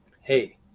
Hey